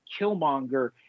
Killmonger